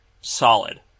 solid